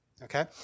Okay